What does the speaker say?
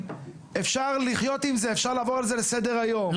אפשר לחיות עם זה ולעבור על זה לסדר היום,